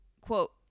Quote